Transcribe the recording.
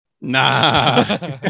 nah